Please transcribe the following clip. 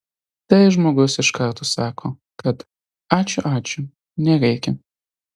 tai žmogus iš karto sako kad ačiū ačiū nereikia